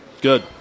Good